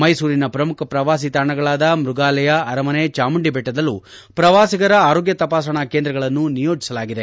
ಮೈಸೂರಿನ ಪ್ರಮುಖ ಪ್ರವಾಸಿತಾಣಗಳಾದ ಮೃಗಾಲಯ ಅರಮನೆ ಚಾಮುಂಡಿಬೆಟ್ಟದಲ್ಲೂ ಪ್ರವಾಸಿಗರ ಆರೋಗ್ಯ ತಪಾಸಣಾ ಕೇಂದ್ರಗಳನ್ನು ನಿಯೋಜಿಸಲಾಗಿದೆ